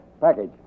Package